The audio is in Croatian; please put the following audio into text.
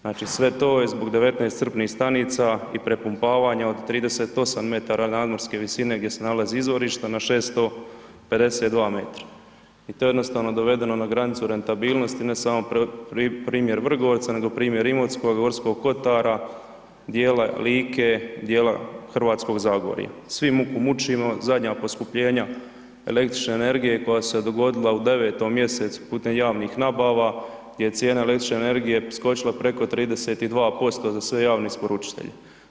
Znači, sve to je zbog 19 crpnih stanica i prepumpavanja od 38 m nadmorske visine gdje se nalaze izvorišta na 652 m i to je jednostavno dovedeno na granicu rentabilnosti, ne samo primjer Vrgorca, nego primjer Imotskog, Gorskog Kotara, dijela Like, dijela Hrvatskog Zagorja, svi muku mučimo, zadnja poskupljenja električne energije koja su se dogodila u 9 mjesecu putem javnih nabava je cijena električne energije skočila preko 32% za sve javne isporučitelje.